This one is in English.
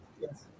Yes